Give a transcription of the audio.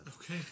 Okay